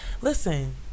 Listen